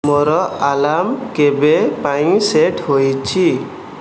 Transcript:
ମୋର ଆଲାର୍ମ କେବେ ପାଇଁ ସେଟ୍ ହୋଇଛି